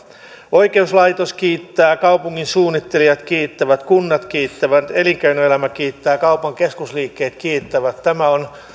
oikeuslaitos kiittää kaupunkisuunnittelijat kiittävät kunnat kiittävät elinkeinoelämä kiittää ja kaupan keskusliikkeet kiittävät tämä on